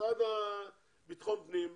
המשרד לביטחון פנים וכולם,